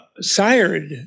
sired